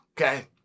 okay